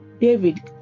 David